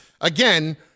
Again